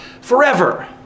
forever